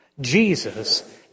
Jesus